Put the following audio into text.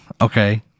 Okay